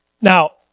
now